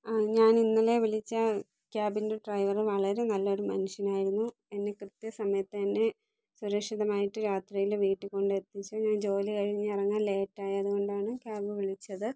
ആ ഞാൻ ഇന്നലെ വിളിച്ച ക്യാബിൻ്റെ ഡ്രൈവർ വളരെ നല്ലൊരു മനുഷ്യനായിരുന്നു എന്നെ കൃത്യ സമയത്ത് എന്നെ സുരക്ഷിതമായിട്ട് രാത്രിയിൽ വീട്ടിൽ കൊണ്ടെത്തിച്ചു ഞാൻ ജോലി കഴിഞ്ഞ് ഇറങ്ങാൻ ലേറ്റായതു കൊണ്ടാണ് ക്യാബ് വിളിച്ചത്